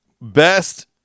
Best